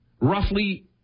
roughly